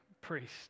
priest